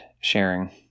sharing